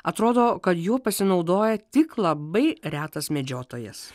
atrodo kad juo pasinaudoja tik labai retas medžiotojas